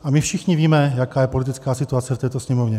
A my všichni víme, jaká je politická situace v této Sněmovně.